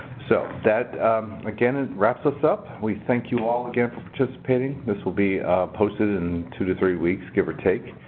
so that again, this wraps this up. we thank you all again for participating. this will be posted in two to three weeks, give or take.